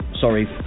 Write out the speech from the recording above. sorry